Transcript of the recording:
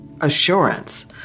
assurance